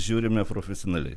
žiūrime profesionaliai